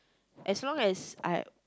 as long as I